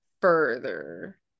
further